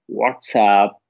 whatsapp